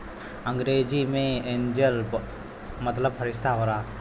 अंग्रेजी मे एंजेल मतलब फ़रिश्ता होला